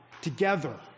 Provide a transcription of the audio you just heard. together